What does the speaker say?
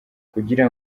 kugira